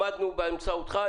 למדנו באמצעותך.